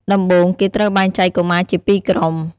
ដំបូង គេត្រូវបែងចែកកុមារជាពីរក្រុម។